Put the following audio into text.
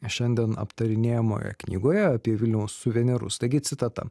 šiandien aptarinėjamoje knygoje apie vilniaus suvenyrus taigi citata